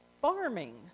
farming